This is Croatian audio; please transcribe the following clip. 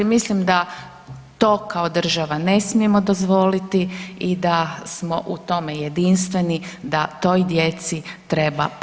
Mislim da to kao država ne smijemo dozvoliti i da smo u tome jedinstveni, da toj djeci treba pomoći.